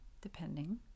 depending